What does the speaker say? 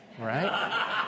right